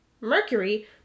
mercury